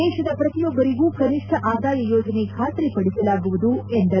ದೇಶದ ಪ್ರತಿಯೊಬ್ಬರಿಗೂ ಕನಿಷ್ಠ ಆದಾಯ ಯೋಜನೆ ಖಾತ್ರಿಪಡಿಸಲಾಗುವುದು ಎಂದರು